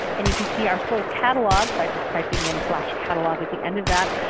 and you can see our full catalog by just typing in catalog at the end of that,